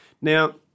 Now